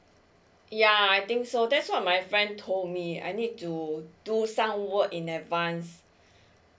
ya I think so that's what my friend told me I need to do some work in advance